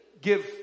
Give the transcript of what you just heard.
give